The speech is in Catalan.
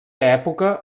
època